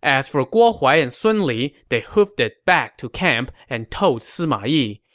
as for guo huai and sun li, they hoofed it back to camp and told sima yi,